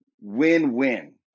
win-win